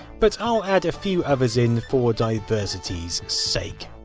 but i'll add a few others in for diversity's sake.